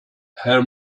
her